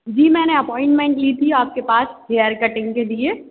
जी मैंने अपॉइंटमेंट ली थी आपके पास हेयर कटिन्ग के लिए